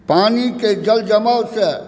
पानीके जल जमावसॅं